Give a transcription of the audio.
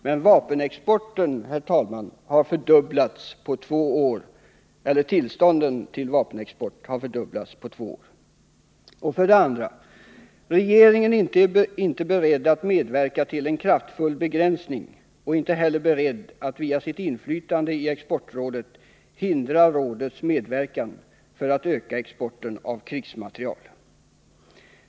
Men tillstånden till vapenexport, herr talman, har fördubblats på två år. För det andra är regeringen inte beredd att medverka till en kraftfull begränsning och inte heller beredd att via sitt inflytande i exportrådet hindra rådet att medverka till att öka exporten av krigsmateriel.